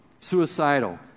suicidal